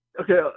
Okay